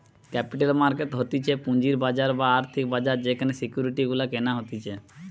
capital market হতিছে পুঁজির বাজার বা আর্থিক বাজার যেখানে সিকিউরিটি গুলা কেনা হতিছে